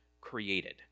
created